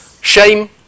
shame